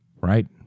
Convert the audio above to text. right